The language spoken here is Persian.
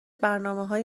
برنامههای